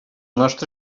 nostre